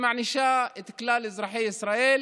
והיא מענישה את כלל אזרחי ישראל,